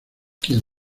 quien